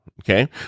Okay